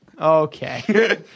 Okay